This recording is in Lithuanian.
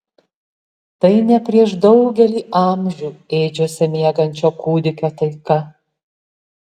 tai ne prieš daugelį amžių ėdžiose miegančio kūdikio taika